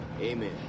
Amen